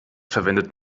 verwendet